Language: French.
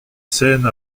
scène